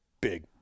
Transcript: big